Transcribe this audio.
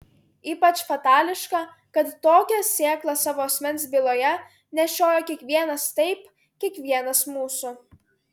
ypač fatališka kad tokią sėklą savo asmens byloje nešiojo kiekvienas taip kiekvienas mūsų